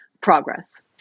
progress